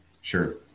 sure